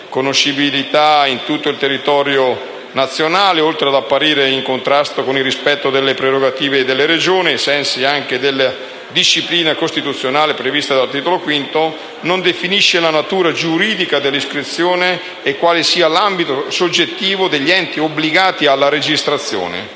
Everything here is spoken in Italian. conoscibilità in tutto il territorio nazionale, oltre ad apparire in contrasto con il rispetto delle prerogative delle Regioni, ai sensi anche della disciplina costituzionale prevista dal Titolo V, non definisce la natura giuridica dell'iscrizione e quale sia l'ambito soggettivo degli enti obbligati alla registrazione.